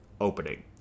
opening